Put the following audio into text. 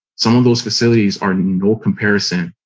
some of those facilities are no comparison.